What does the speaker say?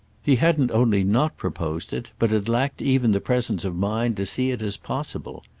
he hadn't only not proposed it, but had lacked even the presence of mind to see it as possible.